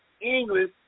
English